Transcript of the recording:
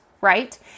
right